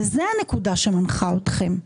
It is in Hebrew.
אבל זו הנקודה שמנחה אתכם.